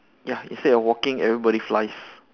ya instead of walking everybody flies